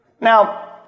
Now